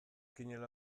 ginela